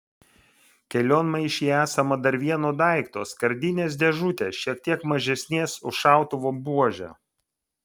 kelionmaišyje esama dar vieno daikto skardinės dėžutės šiek tiek mažesnės už šautuvo buožę